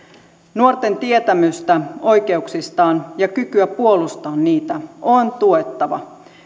nuorten tietämystä oikeuksistaan ja kykyä puolustaa niitä on tuettava